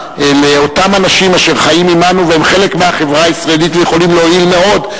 לאותם אנשים אשר חיים עמנו והם חלק מהחברה הישראלית ויכולים להועיל מאוד,